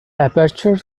aperture